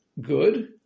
good